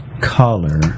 color